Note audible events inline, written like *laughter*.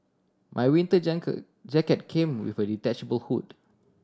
my winter *unintelligible* jacket came with a detachable hood